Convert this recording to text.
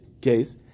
case